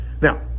Now